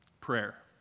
Prayer